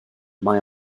mae